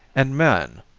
and man,